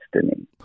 destiny